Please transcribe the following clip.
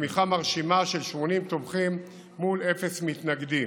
בתמיכה מרשימה של 80 תומכים מול אפס מתנגדים,